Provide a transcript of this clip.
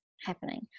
happening